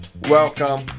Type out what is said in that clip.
Welcome